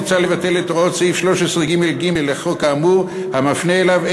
מוצע לבטל את הוראות סעיף 13ג(ג) לחוק האמור המפנה אליו.